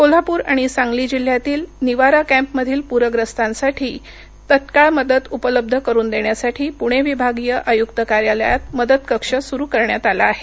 कोल्हापूर आणि सांगली जिल्ह्यातील निवारा कॅम्पमधील पूरग्रस्तांसाठी तात्काळ मदत उपलब्ध करुन देण्यासाठी पुणे विभागीय आयुक्त कार्यालयात मदत कक्ष सुरु करण्यात आला आहे